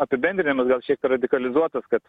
apibendrinimas gal šiek radikalizuotas kad